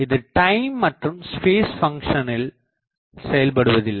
இது டைம் மற்றும் ஸ்பேஸ் பங்ஷனில் செயல்படுவதில்லை